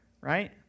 Right